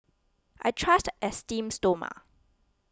I trust Esteem Stoma